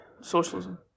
Socialism